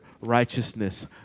righteousness